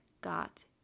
got